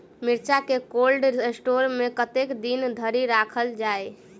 मिर्चा केँ cold store मे कतेक दिन धरि राखल छैय?